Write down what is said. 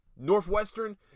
Northwestern